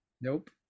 Nope